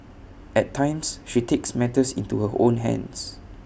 at times she takes matters into her own hands